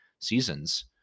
seasons